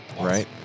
Right